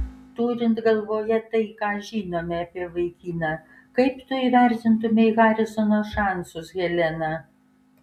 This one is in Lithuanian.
turint galvoje tai ką žinome apie vaikiną kaip tu įvertintumei harisono šansus helena